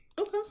Okay